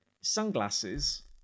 sunglasses